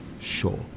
Sure